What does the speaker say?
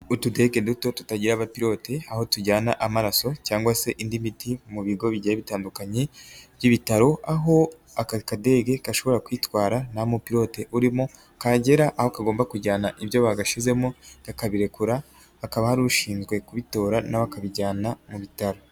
Utudege duto tutagira abapilote aho tujyana amaraso cyangwa se indi miti mu bigo bigiye bitandukanye, by'ibitaro aho aka kadege gashobora kwitwara nta mupilote urimo, kagera aho kagomba kujyana ibyo bagashizemo kakabirekura, hakaba hari ushinzwe kubitora nawe akabijyana mu bitaro.